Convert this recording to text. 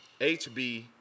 HB